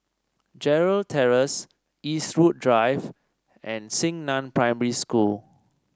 Gerald Terrace Eastwood Drive and Xingnan Primary School